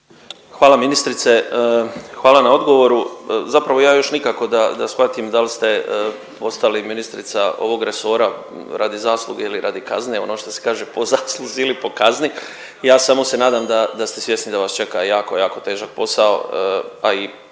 Hvala ministrice, hvala na odgovoru. Zapravo ja još nikako da shvatim da li ste postali ministrica ovog resora radi zasluge ili radi kazne. Ono što se kaže po zasluzi ili po kazni. Ja samo se nadam da, da ste svjesni da vas čeka jako jako težak posao, a i ako mene